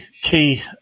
key